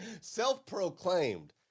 Self-proclaimed